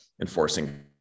enforcing